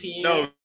No